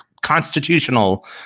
constitutional